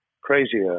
crazier